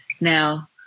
Now